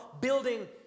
building